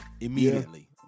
immediately